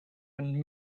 and